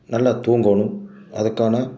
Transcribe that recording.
நல்லா தூங்கணும் அதுக்கான